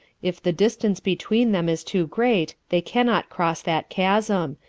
if the distance between them is too great they can not cross that chasm,